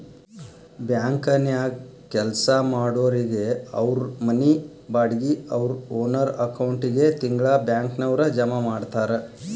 ಬ್ಯಾಂಕನ್ಯಾಗ್ ಕೆಲ್ಸಾ ಮಾಡೊರಿಗೆ ಅವ್ರ್ ಮನಿ ಬಾಡ್ಗಿ ಅವ್ರ್ ಓನರ್ ಅಕೌಂಟಿಗೆ ತಿಂಗ್ಳಾ ಬ್ಯಾಂಕ್ನವ್ರ ಜಮಾ ಮಾಡ್ತಾರ